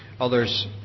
others